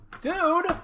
Dude